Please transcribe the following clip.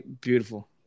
beautiful